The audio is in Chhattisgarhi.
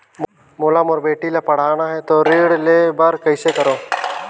मोला मोर बेटी ला पढ़ाना है तो ऋण ले बर कइसे करो